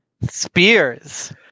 Spears